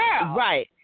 Right